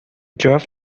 drove